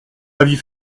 avis